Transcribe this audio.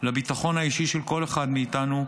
לביטחון האישי של כל אחד מאיתנו,